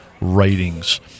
Writings